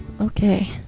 Okay